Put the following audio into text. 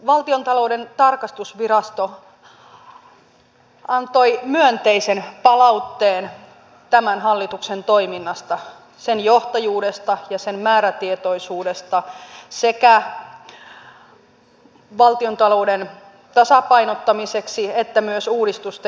valtiontalouden tarkastusvirasto antoi myönteisen palautteen tämän hallituksen toiminnasta sen johtajuudesta ja sen määrätietoisuudesta sekä valtiontalouden tasapainottamiseksi että myös uudistusten eteenpäinviemiseksi